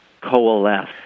coalesce